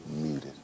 muted